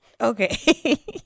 Okay